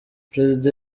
perezida